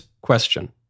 question